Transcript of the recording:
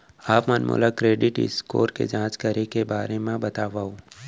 आप मन मोला क्रेडिट स्कोर के जाँच करे के बारे म बतावव?